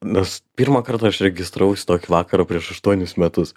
nes pirmą kartą aš registravaus į tokį vakarč prieš aštuonis metus